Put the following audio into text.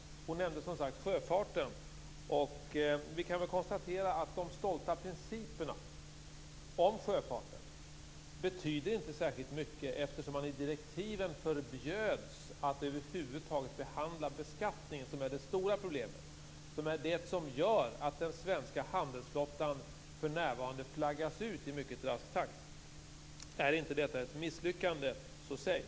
Vi kan väl konstatera att de stolta principerna om sjöfarten inte betyder särskilt mycket eftersom man i direktiven förbjöds att över huvud taget behandla beskattningen. Det är det stora problemet som gör att den svenska handelsflottan för närvarande flaggas ut i mycket rask takt. Är inte detta ett misslyckande så säg?